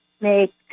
make